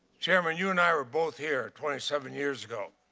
chairman, you and i were both here twenty seven years ago.